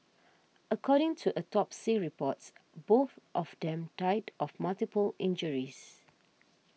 according to autopsy reports both of them died of multiple injuries